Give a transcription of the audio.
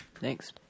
thanks